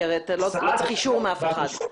כי הרי אתה לא צריך אישור מאף אחד.